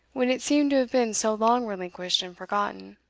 when it seemed to have been so long relinquished and forgotten.